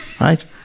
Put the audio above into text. right